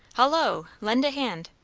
hollo! lend a hand.